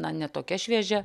na ne tokia šviežia